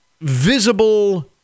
visible